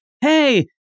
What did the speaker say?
Hey